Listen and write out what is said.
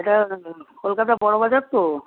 এটা কলকাতা বড়বাজার তো